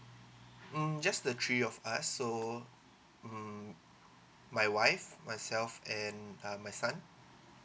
um just the three of us so um my wife myself and uh my son